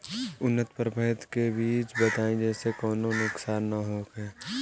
उन्नत प्रभेद के बीज बताई जेसे कौनो नुकसान न होखे?